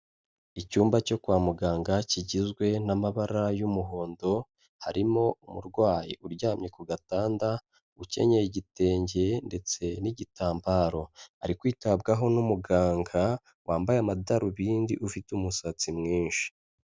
Icyumba cyo kwa muganga kigizwe n'amabara y'umuhondo, harimo umurwayi uryamye ku gatanda, ukennye igitenge ndetse n'igitambaro, ari kwitabwaho n'umuganga wambaye amadarubindi ufite umusatsi mwinshi.